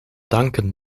danken